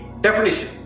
definition